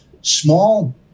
small